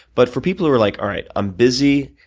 but for people who are like, all right. i'm busy.